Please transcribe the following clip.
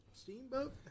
Steamboat